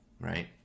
right